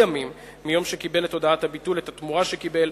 ימים מיום שקיבל את הודעת הביטול את התמורה שקיבל,